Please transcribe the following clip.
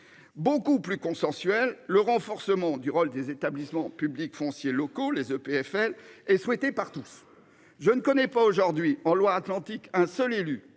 Beaucoup plus consensuel, le renforcement du rôle des établissements publics fonciers locaux les EPFL est souhaitée par tous. Je ne connais pas aujourd'hui en Loire-Atlantique. Un seul élu,